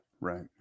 Right